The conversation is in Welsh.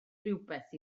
rywbeth